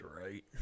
right